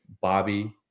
Bobby